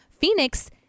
Phoenix